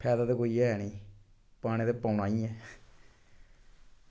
फायदा कोई ऐ नी पाना ते पाना ई ऐ